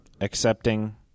accepting